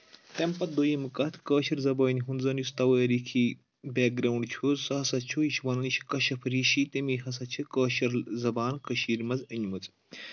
تمہِ پَتہٕ دوٚیِم کَتھ کٲشِر زبٲنہِ ہُنٛد زن یُس توٲرِیخی بیک گرٛاوُنٛڈ چھُ سُہ ہسا چھُ یہِ چھُ وَنان یہِ چھِ کشِف ریٖشی تمہِ ہسا چھِ کٲشِر زبان کٔشیٖر منٛز أنمٕژ